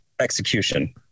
execution